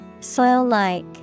Soil-like